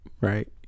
right